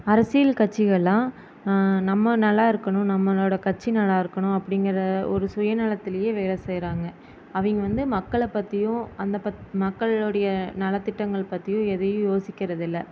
அரசியல் கட்சிகள்லாம் நம்ம நல்லாயிருக்கணும் நம்மளோடய கட்சி நல்லாயிருக்கணும் அப்படிங்குற ஒரு சுயநலத்துலேயோ வேலை செய்கிறாங்க அவங்க வந்து மக்களை பற்றியும் மக்களோடய நலத்திட்டங்கள் பற்றியும் எதையும் யோசிக்கிறது இல்லை